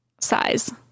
size